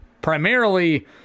primarily